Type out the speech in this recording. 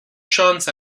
شانس